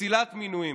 לפסילת מינויים.